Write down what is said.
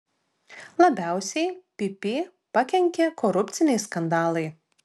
labiausiai pp pakenkė korupciniai skandalai